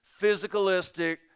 physicalistic